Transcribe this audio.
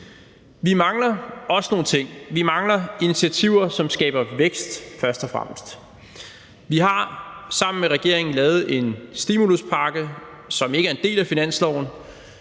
Vi mangler også nogle ting. Vi mangler initiativer, som skaber vækst, først og fremmest. Vi har sammen med regeringen lavet en stimuluspakke, som ikke er en del af finansloven,